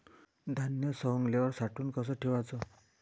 धान्य सवंगल्यावर साठवून कस ठेवाच?